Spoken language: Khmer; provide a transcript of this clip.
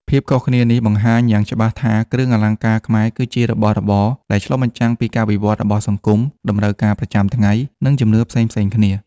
ភាពខុសគ្នានេះបង្ហាញយ៉ាងច្បាស់ថា គ្រឿងអលង្ការខ្មែរ គឺជារបស់របរដែលឆ្លុះបញ្ចាំងពីការវិវត្តន៍របស់សង្គម តម្រូវការប្រចាំថ្ងៃ និងជំនឿផ្សេងៗគ្នា។